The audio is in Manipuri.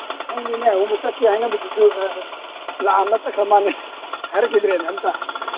ꯈꯪꯗꯦꯅꯦ ꯆꯠꯁꯦ ꯍꯥꯏꯅꯕꯗꯨꯁꯨ ꯂꯥꯛꯑꯝꯃ ꯆꯠꯈ꯭ꯔ ꯃꯥꯜꯂꯦ ꯍꯥꯏꯔꯛꯈꯤꯗ꯭ꯔꯦꯅꯦ ꯑꯝꯇ